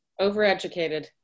Overeducated